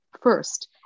first